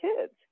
kids